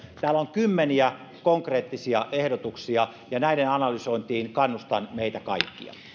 täällä on kymmeniä konkreettisia ehdotuksia ja näiden analysointiin kannustan meitä kaikkia